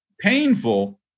painful